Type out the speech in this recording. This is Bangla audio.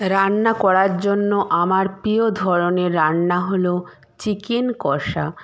রান্না করার জন্য আমার প্রিয় ধরনের রান্না হল চিকেন কষা